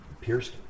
Pierced